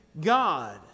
God